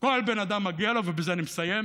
כל בן אדם מגיע לו, ובזה אני מסיים,